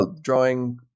drawing